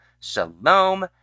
shalom